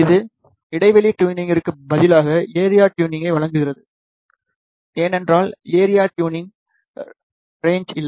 இது இடைவெளி டியூனிங்கிற்கு பதிலாக ஏரியா ட்யூனிங்கை வழங்குகிறது ஏனென்றால் ஏரியா ட்யூனிங்கில் ரேன்ச் இல்லை